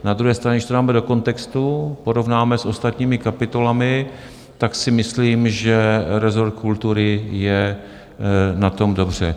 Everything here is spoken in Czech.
Na druhé straně, když to dáme do kontextu, porovnáme s ostatními kapitolami, tak si myslím, že rezort kultury je na tom dobře.